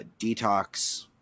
detox